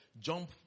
jump